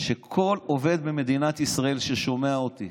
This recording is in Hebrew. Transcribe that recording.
שכל עובד במדינת ישראל ששומע אותי